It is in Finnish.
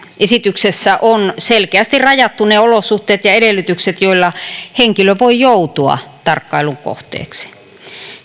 esityksessä on selkeästi rajattu ne olosuhteet ja edellytykset joilla henkilö voi joutua tarkkailun kohteeksi